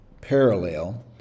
parallel